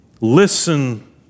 Listen